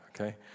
okay